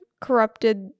corrupted